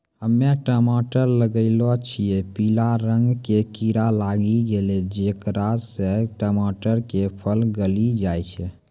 हम्मे टमाटर लगैलो छियै पीला रंग के कीड़ा लागी गैलै जेकरा से टमाटर के फल गली जाय छै?